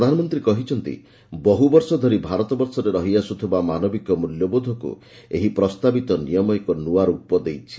ପ୍ରଧାନମନ୍ତ୍ରୀ କହିଛନ୍ତି ବହୁ ବର୍ଷଧରି ଭାରତବର୍ଷରେ ରହିଆସୁଥିବା ମାନବିକ ମୂଲ୍ୟବୋଧକୁ ଏହି ପ୍ରସ୍ତାବିତ ନିୟମ ଏକ ନୂଆ ରୂପ ଦେଇଛି